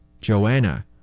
Joanna